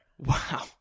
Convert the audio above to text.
Wow